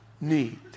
need